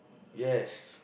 yes